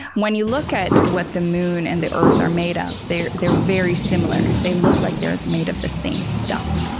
when you look at what the moon and the earth are made of, they're they're very similar. they look like they're made of the same stuff.